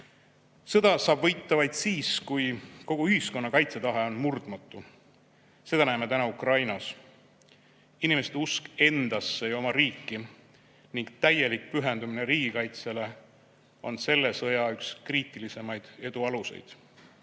saab võita vaid siis, kui kogu ühiskonna kaitsetahe on murdmatu. Seda näeme täna Ukrainas. Inimeste usk endasse ja oma riiki ning täielik pühendumine riigikaitsele on selles sõjas üks kriitilisemaid edu aluseid,